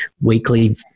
weekly